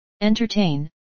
Entertain